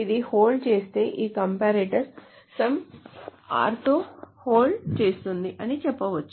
ఇది హోల్డ్ చేస్తే ఈ కంపరేటర్ some r తో హోల్డ్ చేస్తుందని అని చెప్పవచ్చు